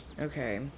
Okay